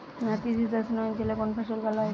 নাতিশীতোষ্ণ অঞ্চলে কোন ফসল ভালো হয়?